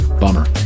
Bummer